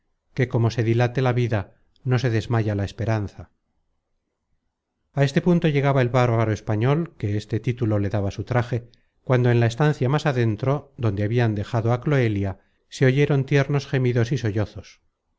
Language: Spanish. que como se dilate la vida no se desmaya la esperanza a este punto llegaba el bárbaro español que este título le daba su traje cuando en la estancia más adentro donde habian dejado á cloelia se oyeron tiernos gemidos y